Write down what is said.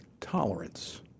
Tolerance